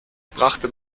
brachte